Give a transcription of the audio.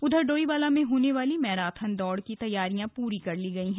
उधर डोईवाला में होने वाली मैराथन दौड़ की तैयारियां पूरी कर ली गई है